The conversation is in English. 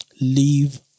leave